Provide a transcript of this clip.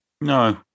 No